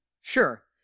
Sure